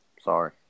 Sorry